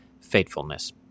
faithfulness